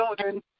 children